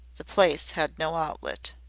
the place had no outlet.